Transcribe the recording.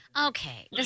Okay